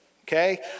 Okay